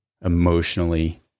emotionally